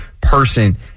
person